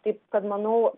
taip kad manau